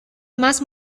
más